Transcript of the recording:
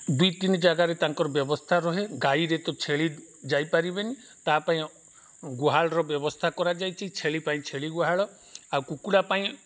ଦୁଇ ତିନି ଜାଗାରେ ତାଙ୍କର ବ୍ୟବସ୍ଥା ରୁହେ ଗାଈରେ ତ ଛେଳି ଯାଇପାରିବେନି ତା ପାଇଁ ଗୁହାଳର ବ୍ୟବସ୍ଥା କରାଯାଇଛି ଛେଳି ପାଇଁ ଛେଳି ଗୁହାଳ ଆଉ କୁକୁଡ଼ା ପାଇଁ